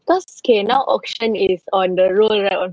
cause okay now auction is on the roll around